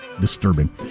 Disturbing